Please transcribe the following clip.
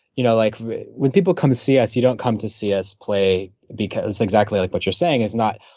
you know, like when people come see us, you don't come to see us play because, exactly like what you're saying, it's not,